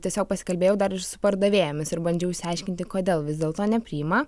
tiesiog pasikalbėjau dar ir su pardavėjomis ir bandžiau išsiaiškinti kodėl vis dėlto nepriima